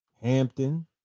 Hampton